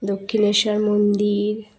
দক্ষিণেশ্বর মন্দির